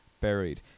buried